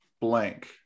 blank